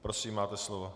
Prosím, máte slovo.